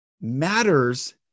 matters